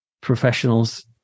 professionals